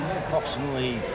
approximately